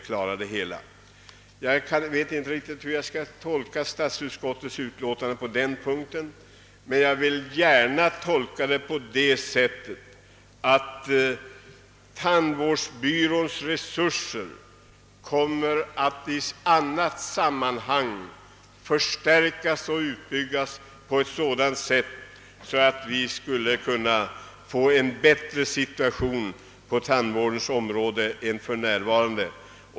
Jag vet inte riktigt hur jag skall tolka statsutskottets utlåtande på den punkten, men jag vill gärna tolka det så att tandvårdsbyråns resurser kommer att förstärkas och utbyggas i annat sammanhang så att situationen på tandvårdens område förbättras.